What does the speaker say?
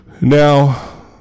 Now